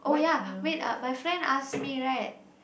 oh ya wait uh my friend ask me right